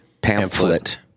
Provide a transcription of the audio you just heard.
Pamphlet